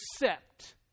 accept